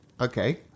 Okay